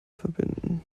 verbinden